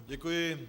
Děkuji.